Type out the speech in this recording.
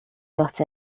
got